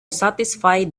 satisfy